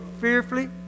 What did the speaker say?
fearfully